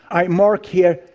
i mark here,